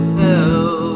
tell